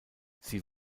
sie